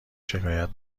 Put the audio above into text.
شکایت